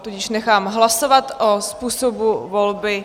Tudíž nechám hlasovat o způsobu volby.